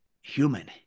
human